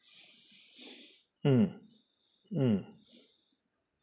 mm mm